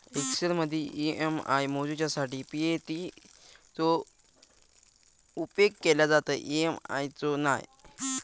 एक्सेलमदी ई.एम.आय मोजूच्यासाठी पी.ए.टी चो उपेग केलो जाता, ई.एम.आय चो नाय